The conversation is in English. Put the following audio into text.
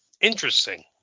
Interesting